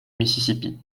mississippi